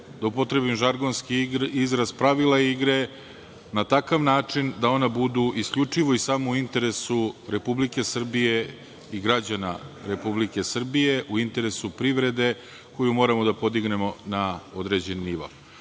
da upotrebim žargonski izraz, pravila igre na takav način da one budu isključivo i samo u interesu Republike Srbije i građana Republike Srbije, u interesu privrede koju moramo da podignemo na određeni